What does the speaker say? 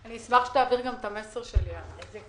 אני אשמח שגם תעביר את המסר שלי לגבי התמיכות.